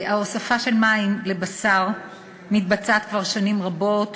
1. ההוספה של מים לבשר מתבצעת כבר שנים רבות